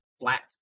black